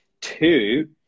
Two